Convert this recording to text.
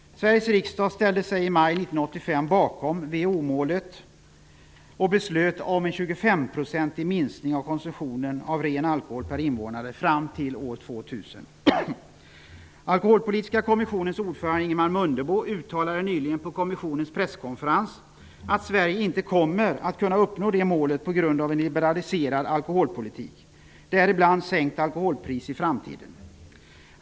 Sveriges riksdag ställde sig i maj 1985 bakom WHO-målet och beslutade om en 25-procentig minskning av konsumtionen av ren alkohol per invånare fram till år 2000. Ingemar Mundebo uttalade nyligen på kommissionens presskonferens att Sverige inte kommer att kunna uppnå det målet på grund av en liberaliserad alkoholpolitik, däribland sänkt alkoholpris i framtiden.